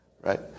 Right